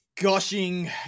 gushing